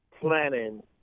planning